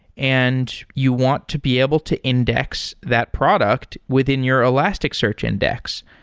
and you want to be able to index that product within your elasticsearch index.